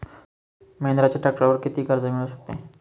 महिंद्राच्या ट्रॅक्टरवर किती कर्ज मिळू शकते?